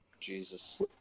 Jesus